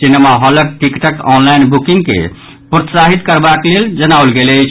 cinema हॉलक टिकटक online booking के प्रोत्साहित करबाक लेल जनाओल गेल अछि